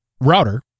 router